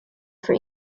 for